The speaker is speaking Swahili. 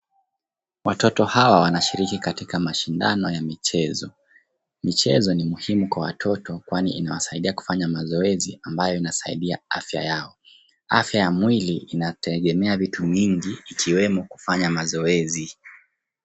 Watoto hawa wanashiriki katika mashindano ya michezo. Michezo ni muhimu kwa watoto kwani inawasaidia kufanya mazoezi ambayo ni muhimu kwa afya yao. Afya ya mwili inategemea vitu mingi ikiwemo kufanya mazoezi.